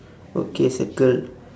okay circle